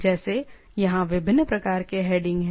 जैसे यहाँ विभिन्न प्रकार के हेडिंग हैं